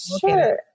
sure